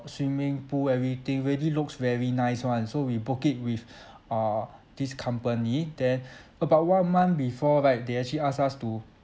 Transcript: swimming pool everything really looks very nice [one] so we book it with uh this company then about one month before right they actually ask us to